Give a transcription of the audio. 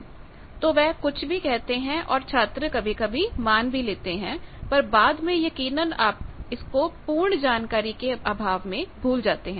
तो वह कुछ भी कहते हैं और छात्र कभी कभी मान भी लेते हैं पर बाद में यकीनन आप इसको पूर्ण जानकारी के अभाव में भूल जाते हैं